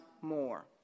more